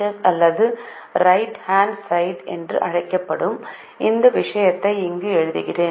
S அல்லது right hand side என்று அழைக்கப்படும் இந்த விஷயத்தையும் இங்கே எழுதுகிறேன்